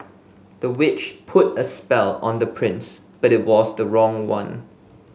the witch put a spell on the prince but it was the wrong one